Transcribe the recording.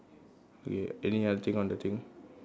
okay any other thing on the thing